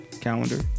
calendar